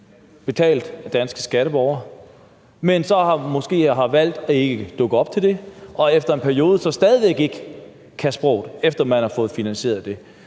betalt af danske skatteborgere, men som så måske har valgt ikke at dukke op til det og efter en periode så stadig væk ikke kan sproget – efter at man har fået finansieret det.